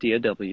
DAW